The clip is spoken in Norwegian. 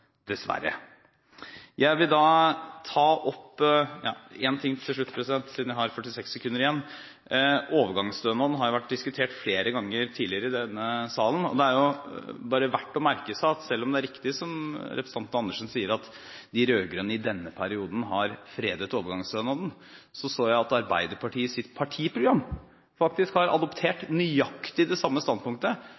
dessverre. Én ting til slutt, siden jeg har 46 sekunder igjen: Overgangsstønaden har vært diskutert flere ganger tidligere i denne salen. Det er bare verdt å merke seg at selv om det er riktig som representanten Andersen sier, at de rød-grønne i denne perioden har fredet overgangsstønaden, så jeg at Arbeiderpartiet i sitt partiprogram faktisk har adoptert